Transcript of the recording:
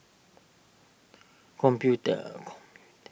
computer